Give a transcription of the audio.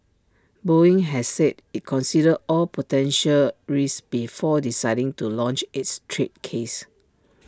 boeing has said IT considered all potential risks before deciding to launch its trade case